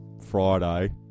Friday